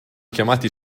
chiamati